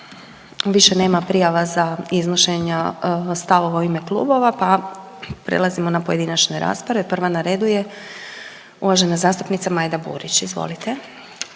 Više nema prijava za iznošenje stavova u ime klubova, pa prelazimo na pojedinačne rasprave. Prva na redu je uvažena zastupnica Majda Burić, izvolite.